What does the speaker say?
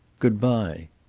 good-bye.